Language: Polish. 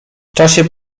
czasie